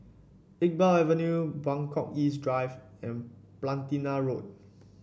Iqbal Avenue Buangkok East Drive and Platina Road